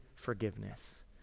forgiveness